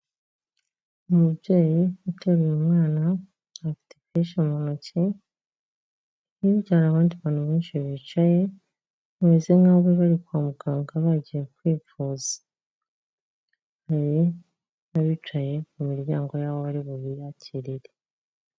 Umubyeyi uteruye umwana afite byinshi mu ntoki, hirya hari abandi bantu benshi bicaye, bameze nkaho bari kwa muganga bagiye kwivuza. Hari n'abicaye mu miryango y'aho bari bubakirire.